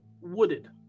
wooded